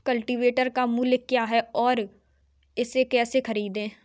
Cultivator का मूल्य क्या है और इसे कैसे खरीदें?